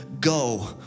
go